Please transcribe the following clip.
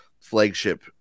flagship